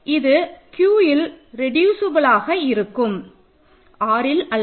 இது Qஇல் ரெடுசியப்பிலாக இருக்கும் Rஇல் அல்ல